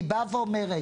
אני באה ואומרת